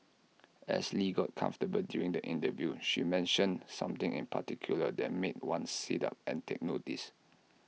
as lee got comfortable during the interview she mentioned something in particular that made one sit up and take notice